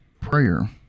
prayer